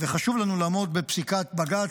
וחשוב לנו לעמוד בפסיקת בג"ץ.